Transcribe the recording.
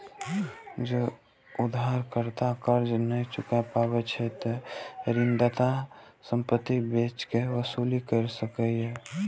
जौं उधारकर्ता कर्ज नै चुकाय पाबै छै, ते ऋणदाता संपत्ति बेच कें वसूली कैर सकै छै